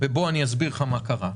בוא, אסביר לך מה קרה.